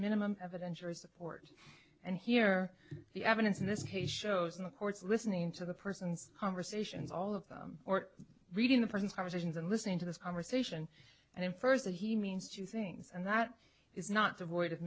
minimum evidence or support and here the evidence in this case shows in the court's listening to the person's conversations all of them or reading the person's conversations and listening to this conversation and infers that he means two things and that is not devoid of